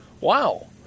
Wow